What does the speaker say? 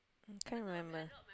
can't remember